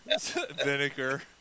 vinegar